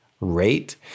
rate